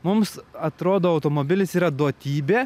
mums atrodo automobilis yra duotybė